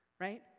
Right